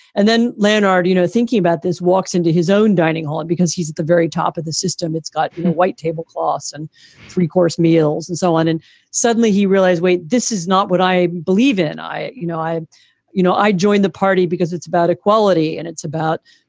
and then leonardi, you know, thinking about this, walks into his own dining hall because he's at the very top of the system. it's got white tablecloths and three course meals and so on. and suddenly he realized, wait, this is not what i believe in. i you know, i you know, i joined the party because it's about equality and it's about,